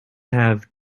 have